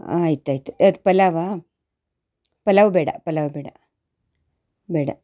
ಆಯ್ತು ಆಯಿತು ಎರಡು ಪಲಾವಾ ಪಲಾವ್ ಬೇಡ ಪಲಾವ್ ಬೇಡ ಬೇಡ